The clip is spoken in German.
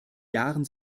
jahren